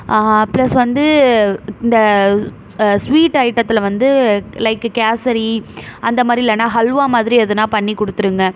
plus வந்து இந்த sweet ஐட்டத்தில் வந்து லைக் கேசரி அந்த மாதிரி இல்லைனா ஹல்வா மாதிரி எதுனா பண்ணி கொடுத்துருங்க